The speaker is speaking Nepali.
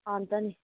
अन्त नि